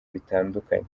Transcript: bitandukanye